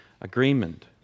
agreement